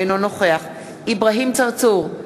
אינו נוכח אברהים צרצור,